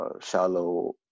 shallow